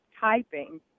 typing